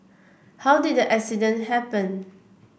how did the accident happen